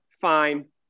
fine